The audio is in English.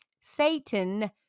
satan